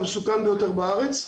המסוכן ביותר בארץ.